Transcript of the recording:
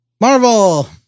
Marvel